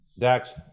Dax